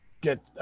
get